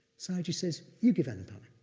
sayagyi says, you give anapana.